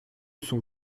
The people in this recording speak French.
sont